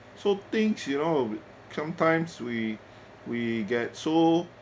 so things you know sometimes we we get so